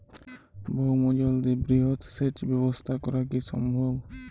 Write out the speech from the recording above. ভৌমজল দিয়ে বৃহৎ সেচ ব্যবস্থা করা কি সম্ভব?